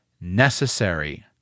necessary